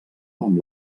amb